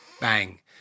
bang